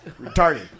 Retarded